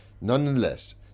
Nonetheless